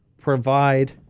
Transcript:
provide